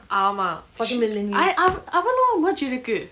ஆமா:aama ah ah அவளோ:avalo merch இருக்கு:iruku